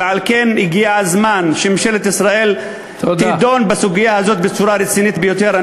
ועל כן הגיע הזמן שממשלת ישראל תדון בסוגיה הזאת בצורה רצינית ביותר.